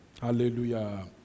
Hallelujah